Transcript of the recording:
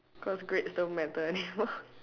cause grades don't matter anymore